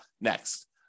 next